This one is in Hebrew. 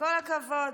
כל הכבוד.